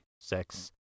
sex